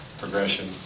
progression